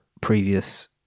previous